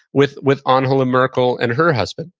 with with angela merkel and her husband.